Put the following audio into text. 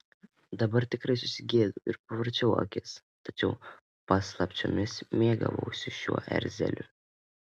dabar tikrai susigėdau ir pavarčiau akis tačiau paslapčiomis mėgavausi šiuo erzeliu